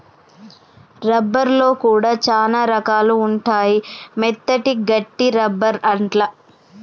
rubber లో కూడా చానా రకాలు ఉంటాయి మెత్తటి, గట్టి రబ్బర్ అట్లా